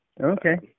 Okay